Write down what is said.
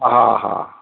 हा हा